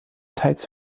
teils